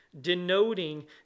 denoting